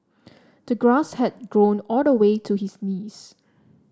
the grass had grown all the way to his knees